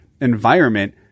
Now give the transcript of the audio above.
environment